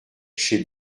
chez